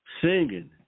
Singing